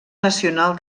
nacional